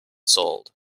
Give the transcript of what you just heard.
sold